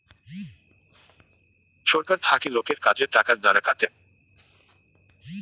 ছরকার থাকি লোকের কাজের টাকার দ্বারা কাটে